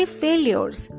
failures